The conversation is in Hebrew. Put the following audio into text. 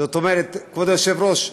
זאת אומרת, כבוד היושב-ראש,